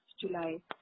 July